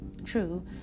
true